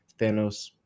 Thanos